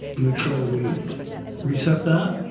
make sure that we reset that.